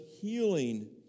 healing